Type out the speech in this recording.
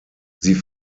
sie